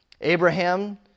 Abraham